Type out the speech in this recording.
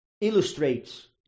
illustrates